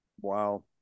Wow